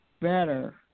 better